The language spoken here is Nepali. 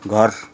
घर